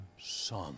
Son